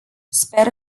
sper